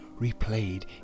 replayed